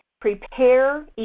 prepare